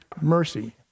mercy